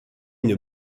une